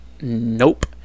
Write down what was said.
nope